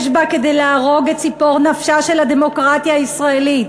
יש בה כדי להרוג את ציפור נפשה של הדמוקרטיה הישראלית,